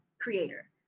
creator